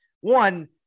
One